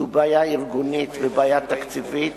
זו בעיה ארגונית ובעיה תקציבית.